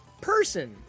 person